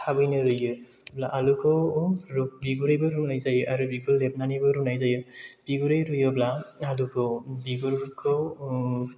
थाबैनो रुइयै होनब्ला आलुखौ बिगुरैबो रुनाय जायो आरो बिगुर लेबनानैबो रुनाय जायो बिगुरै रुयोब्ला आलुखौ बिगुरखौ